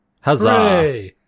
Huzzah